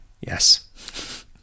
Yes